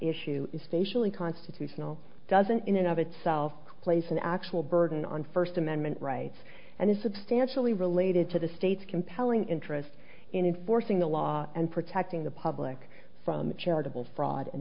facially constitutional doesn't in and of itself place an actual burden on first amendment rights and is substantially related to the state's compelling interest in forcing the law and protecting the public from charitable fraud and